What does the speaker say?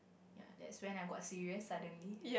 ya that's when I got serious suddenly